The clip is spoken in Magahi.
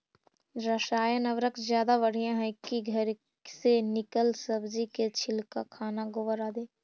रासायन उर्वरक ज्यादा बढ़िया हैं कि घर से निकलल सब्जी के छिलका, खाना, गोबर, आदि?